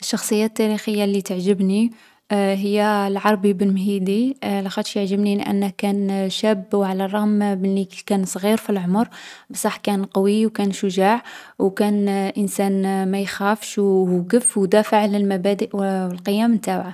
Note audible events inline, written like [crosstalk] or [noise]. الشخصية التاريخية لي تعجبني، [hesitation] هي العربي بن مهيدي. لاخاطش يعجبني لأنه كان شاب و على الرغم من لي كان صغير في العمر بصح كان قوي و كان شجاع و كان انسان ما يخافش و و وقف و دافع على المبادئ و و القيم نتاوعه.